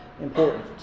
important